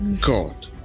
God